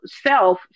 self